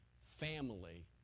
family